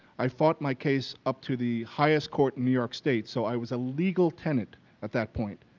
i fought my case up to the highest court in new york state, so i was a legal tenant at that point,